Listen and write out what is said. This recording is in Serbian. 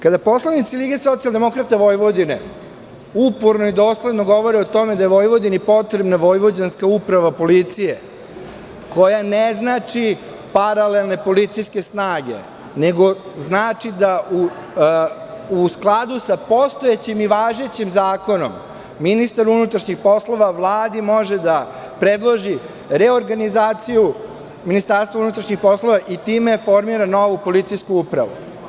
Kada poslanici LSV uporno i dosledno govore o tome da je Vojvodini potrebna vojvođanska uprava policija koja ne znači paralelne policijske snage, nego znači da u skladu sa postojećim i važećim zakonom ministar unutrašnjih poslova Vladi može da predloži reorganizaciju MUP i time formira novu policijsku upravu.